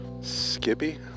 Skippy